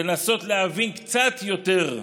לנסות להבין קצת יותר.